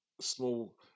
small